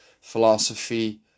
philosophy